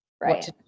right